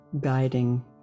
guiding